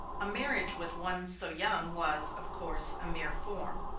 a marriage with one so young was, of course, a mere form.